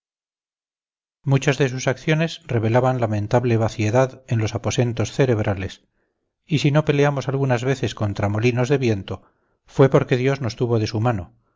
muchas de sus acciones revelaban lamentable vaciedad en los aposentos cerebrales y si no peleamos algunas veces contra molinos de viento fue porque dios nos tuvo de su mano